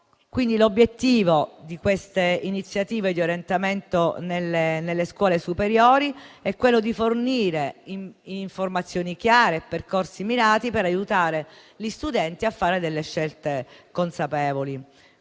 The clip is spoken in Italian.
Quindi l'obiettivo di queste iniziative di orientamento nelle scuole superiori è fornire informazioni chiare e percorsi mirati per aiutare gli studenti a fare delle scelte consapevoli.